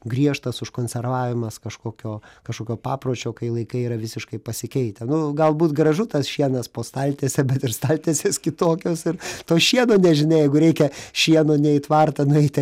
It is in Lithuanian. griežtas užkonservavimas kažkokio kažkokio papročio kai laikai yra visiškai pasikeitę nu galbūt gražu tas šienas po staltiese bet ir staltiesės kitokios ir to šieno nežinia jeigu reikia šieno ne į tvartą nueiti